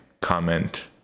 comment